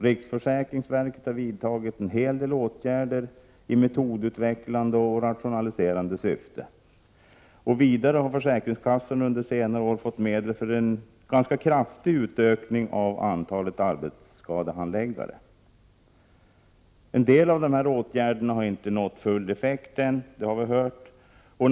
Riksförsäkringsverket har vidtagit flera åtgärder i metodutvecklande och rationaliserande syfte. Vidare har försäkringskassorna under senare år fått medel för en ganska kraftig utökning av antalet arbetsskadehandläggare. En del av dessa åtgärder har inte fått full effekt än.